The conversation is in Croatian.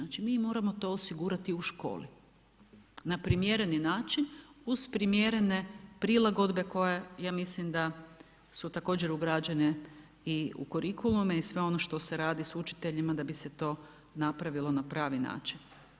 Znači mi moramo to osigurati u školi na primjereni način uz primjerene prilagodbe koje ja mislim da su također ugrađene i u kurikulume i sve ono što se radi sa učiteljima d bu se to napravilo na pravi način.